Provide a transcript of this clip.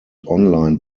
online